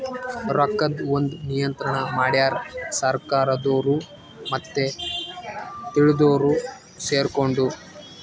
ರೊಕ್ಕದ್ ಒಂದ್ ನಿಯಂತ್ರಣ ಮಡ್ಯಾರ್ ಸರ್ಕಾರದೊರು ಮತ್ತೆ ತಿಳ್ದೊರು ಸೆರ್ಕೊಂಡು